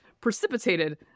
precipitated